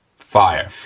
fire.